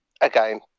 again